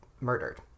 murdered